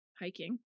hiking